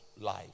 life